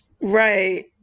Right